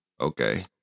Okay